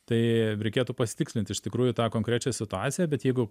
tai reikėtų pasitikslint iš tikrųjų tą konkrečią situaciją bet jeigu